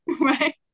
right